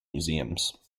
museums